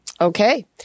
Okay